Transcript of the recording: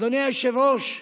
אדוני היושב-ראש,